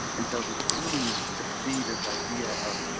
and so it's really neat to see this idea of,